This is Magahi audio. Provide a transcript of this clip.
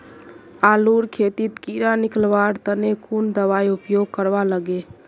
आलूर खेतीत कीड़ा निकलवार तने कुन दबाई उपयोग करवा लगे?